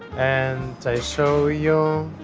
and i show you.